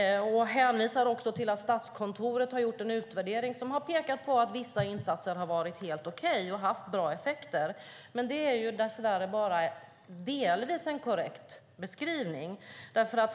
Han hänvisar också till att Statskontoret har gjort en utvärdering som pekar på att vissa insatser har varit helt okej och haft bra effekter. Det är dess värre bara delvis en korrekt beskrivning.